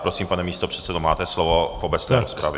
Prosím, pane místopředsedo, máte slovo v obecné rozpravě.